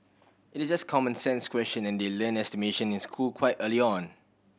it is just a common sense question and they learn estimation in school quite early on